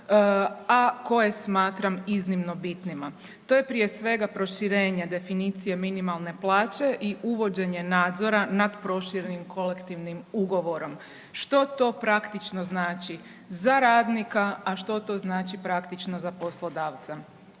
a koje smatram iznimno bitnima. To je prije svega proširenje definicije minimalne plaće i uvođenje nadzora nad proširenim kolektivnim ugovorom. Što to praktično znači za radnika, a što to znači praktično za poslodavca?